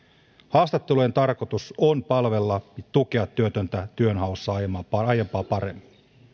haastattelujen tarkoitus on palvella ja tukea työtöntä työnhaussa aiempaa paremmin